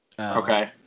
Okay